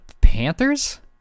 Panthers